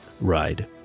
ride